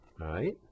right